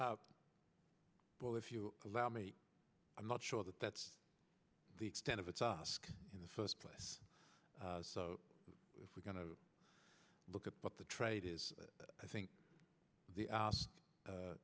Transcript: or well if you allow me i'm not sure that that's the extent of a tusk in the first place so if we're going to look at what the trade is i think the u